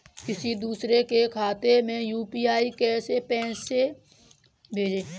किसी दूसरे के खाते में यू.पी.आई से पैसा कैसे भेजें?